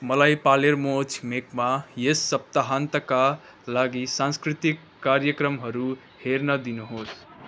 मलाई पालेर्मो छिमेकमा यस सप्ताहन्तका लागि सांस्कृतिक कार्यक्रमहरू हेर्न दिनुहोस्